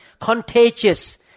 Contagious